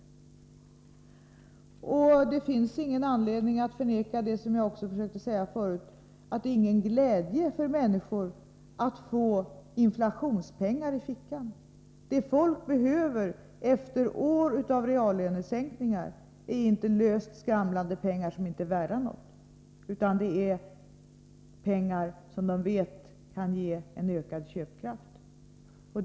Inte heller skall det förnekas, som jag redan sagt, att det inte är någon glädje för människor att få inflationspengar i fickan. Vad folk behöver, efter år av reallönesänkningar, är inte löst skramlande pengar som inte är värda någonting, utan det är pengar som kan ge ökad köpkraft.